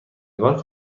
نگار